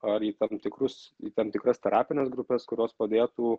ar į tam tikrus į tam tikras terapines grupes kurios padėtų